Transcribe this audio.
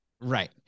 Right